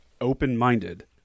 open-minded